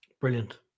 Brilliant